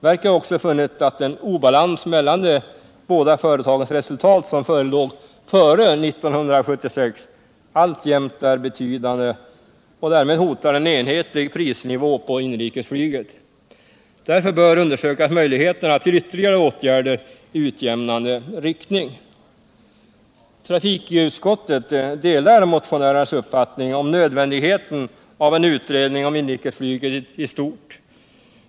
Verket har också funnit att den obalans mellan de båda företagens resultat som förelåg före 1976 alltjämt är betydande och därmed hotar en enhetlig prisnivå på inrikesflyget. Därför bör möjligheterna till ytterligare åtgärder i utjämnande riktning undersökas. Trafikutskottet delar motionärenas uppfattning om nödvändigheten av en utredning om inrikesflyget i stort.